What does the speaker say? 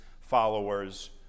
followers